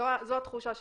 זו התחושה שלי.